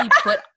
put